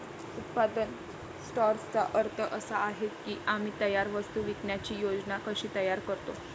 उत्पादन सॉर्टर्सचा अर्थ असा आहे की आम्ही तयार वस्तू विकण्याची योजना कशी तयार करतो